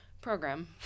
program